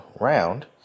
round